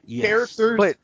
characters